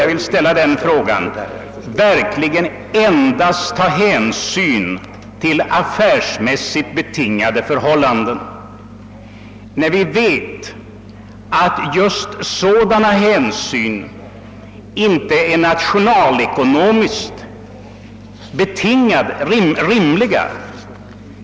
Jag vill ställa den frågan huruvida försvaret verkligen enbart kan ta hänsyn till affärsmässigt betingade förhållanden, när vi vet att sådana hänsyn inte är nationalekonomiskt rimliga.